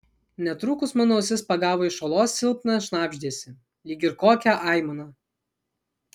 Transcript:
netrukus mano ausis pagavo iš olos silpną šnabždesį lyg ir kokią aimaną